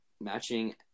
matching